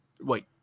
wait